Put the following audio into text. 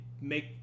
make